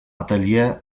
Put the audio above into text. atelier